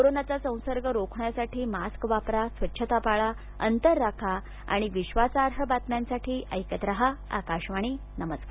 कोरोनाचा संसर्ग रोखण्यासाठी मास्क वापरा स्वच्छता पाळा अंतर राखा आणि विश्वासार्ह बातम्यांसाठी ऐकत रहा आकाशवाणी नमस्कार